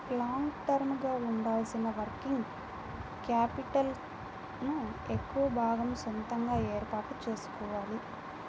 long term గా ఉండాల్సిన working capital ను ఎక్కువ భాగం సొంతగా ఏర్పాటు చేసుకోవాలి